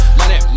money